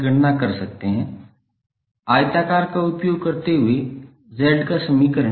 गणना कर सकते हैं आयताकार का उपयोग करते हुए Z का समीकरण